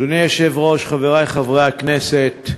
אדוני היושב-ראש, חברי חברי הכנסת,